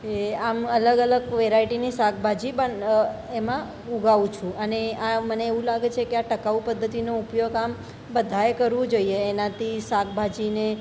એ આમ અલગ અલગ વેરાઈટીની શાકભાજી પણ એમાં ઉગાડું છું અને આ મને એવું લાગે છે કે મને ટકાઉ પદ્ધતિનો ઉપયોગ આમ બધાએ કરવો જોઈએ એનાથી શાકભાજીને